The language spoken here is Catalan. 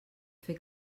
fer